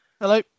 hello